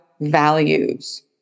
values